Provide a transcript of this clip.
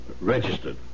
Registered